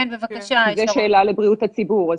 זו שאלה לבריאות הציבור,